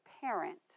parent